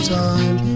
time